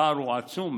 הפער הוא עצום,